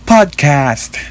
Podcast